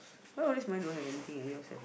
so only mine don't have anything in these sacks